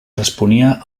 responia